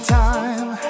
time